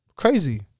Crazy